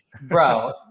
bro